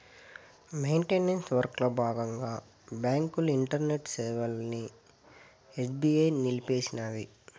maintenance వర్కల బాగంగా బాంకుల ఇంటర్నెట్ సేవలని ఎస్బీఐ నిలిపేసినాది